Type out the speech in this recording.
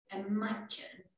imagine